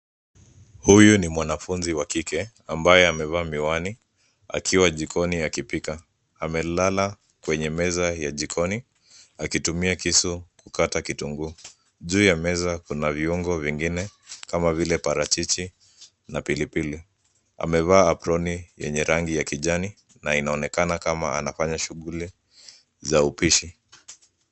Huyu ni mwanafunzi wa kike ambaye amevaa miwani akiwa jikoni akipika. Amelala kwenye meza ya jikoni akitumia kisu kukata kitunguu. Juu ya meza kuna viungo vingine kama vile parachichi na pilipili. Amevaa aproni yenye rangi ya kijani na inaonekana kama anafanya shughuli za upishi.